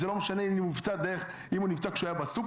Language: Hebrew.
זה לא משנה אם הוא נפצע כשהוא היה בסופר